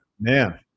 Man